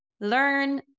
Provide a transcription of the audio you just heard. learn